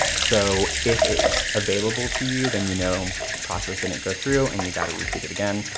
so if it's available to you, then you know the process didn't go through and you gotta repeat it again.